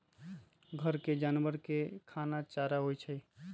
घर के जानवर के खाना चारा होई छई